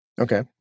Okay